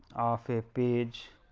of a page